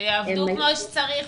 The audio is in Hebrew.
שיעבדו כמו שצריך.